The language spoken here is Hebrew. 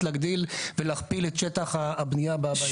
להגדיל ולהכפיל את שטח הבניה באזור שלו.